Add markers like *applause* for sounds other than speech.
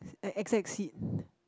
an X X seat *breath*